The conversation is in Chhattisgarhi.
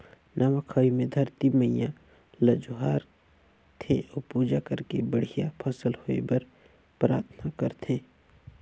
नवा खाई मे धरती मईयां ल जोहार थे अउ पूजा करके बड़िहा फसल होए बर पराथना करथे